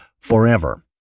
forever